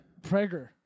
Prager